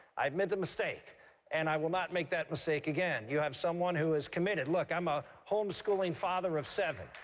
i admit the mistake and i will not make that mistake again. you have someone who is committed. look, i'm a home schooling father of seven.